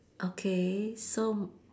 okay so~